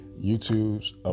YouTube's